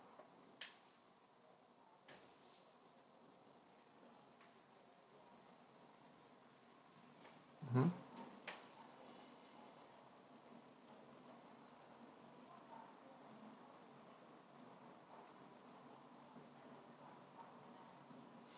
mmhmm